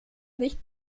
nicht